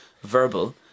verbal